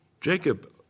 Jacob